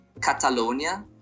Catalonia